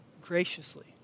graciously